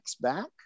back